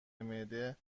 معده